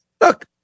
look